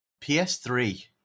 PS3